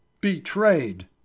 betrayed